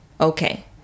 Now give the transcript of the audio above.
okay